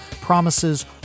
promises